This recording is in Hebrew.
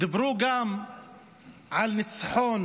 דיברו גם על ניצחון